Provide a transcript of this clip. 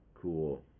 Cool